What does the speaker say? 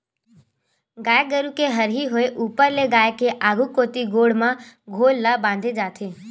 गाय गरु के हरही होय ऊपर ले गाय के आघु कोती गोड़ म खोल ल बांधे जाथे